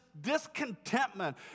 discontentment